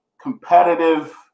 competitive